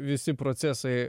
visi procesai